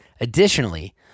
Additionally